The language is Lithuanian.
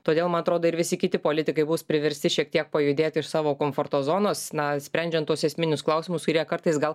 todėl ma atrodo ir visi kiti politikai bus priversti šiek tiek pajudėti iš savo komforto zonos na sprendžiant tuos esminius klausimus kurie kartais gal